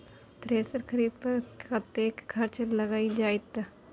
Thresher खरीदे पर कतेक खर्च लाईग जाईत?